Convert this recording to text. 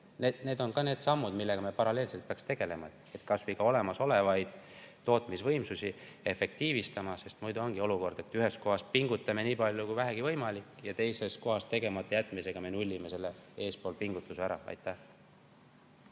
Need on sammud, millega me paralleelselt peaks tegelema. Me peaks ka olemasolevaid tootmisvõimsusi efektiivistama, sest muidu ongi olukord, et ühes kohas pingutame nii palju kui vähegi võimalik, aga teises kohas tegemata jätmisega nullime selle mujal tehtud pingutuse ära. No